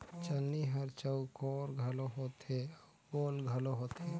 चलनी हर चउकोर घलो होथे अउ गोल घलो होथे